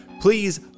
please